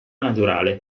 naturale